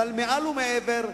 אבל מעל ומעבר,